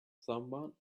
someone